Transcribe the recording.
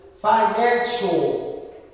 financial